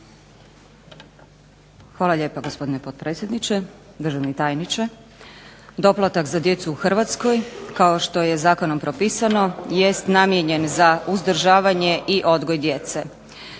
Hvala lijepa gospodine potpredsjedniče, državni tajniče. Doplatak za djecu u Hrvatskoj kao što je zakonom propisano jest namijenjen za uzdržavanje i odgoj djece.